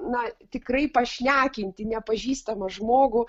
na tikrai pašnekinti nepažįstamą žmogų